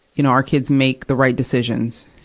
you know, our kids make the right decisions,